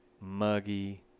muggy